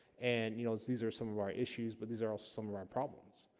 and you know these these are some of our issues but these are also some of our problems,